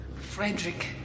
Frederick